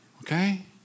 okay